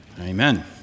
amen